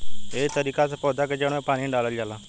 एहे तरिका से पौधा के जड़ में पानी डालल जाला